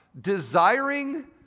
desiring